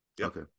okay